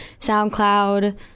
soundcloud